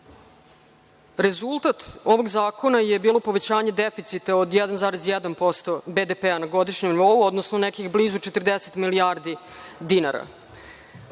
danas. Rezultat ovog zakona je bilo povećanje deficita od 1,1% BDP na godišnjem nivou, odnosno nekih blizu 40 milijardi dinara.